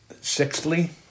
sixthly